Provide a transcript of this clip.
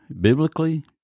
Biblically